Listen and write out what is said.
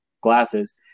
glasses